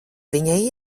viņa